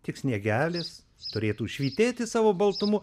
tik sniegelis turėtų švytėti savo baltumu